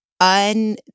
un-